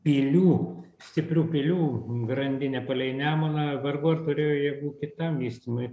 pilių stiprių pilių grandinę palei nemuną vargu ar turėjo jėgų kitam vystymui